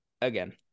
Again